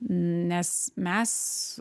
nes mes